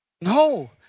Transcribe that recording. No